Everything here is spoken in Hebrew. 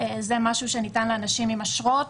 זה משהו שניתן לאנשים עם אשרות.